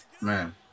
Man